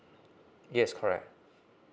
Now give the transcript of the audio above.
yes correct